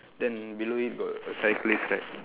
then below it got a cyclist right